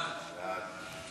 ההצעה להעביר